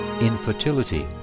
Infertility